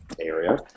area